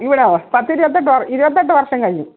ഇവിടോ സത്യ ചത്തിട്ട് ഇരുപത്തെട്ട് വർഷം കഴിഞ്ഞു